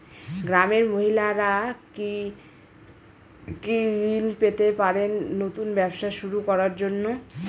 গ্রামের মহিলারা কি কি ঋণ পেতে পারেন নতুন ব্যবসা শুরু করার জন্য?